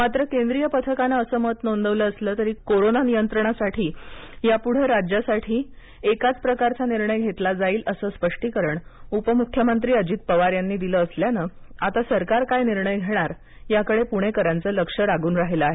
मात्र केंद्रीय पथकानं असं मत नोंदवलं असलं तरी कोरोना नियंत्रणासाठी यापुढं संपूर्ण राज्यासाठी एकाच प्रकारचा निर्णय घेतला जाईल असं स्पष्टीकरण उपमुख्यमंत्री अजित पवार यांनी दिलं असल्यान आता सरकार काय निर्णय घेणार याकडे प्णेकरांचं लक्ष लागून राहीलं आहे